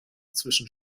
zwischen